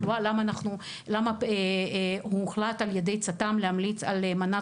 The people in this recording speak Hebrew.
לגבי התחלואה ולמה הוחלט על ידי צט"מ להמליץ על מנת